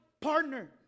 partner